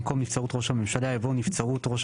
במקום 'נבצרות ראש הממשלה' יבוא 'נבצרות ראש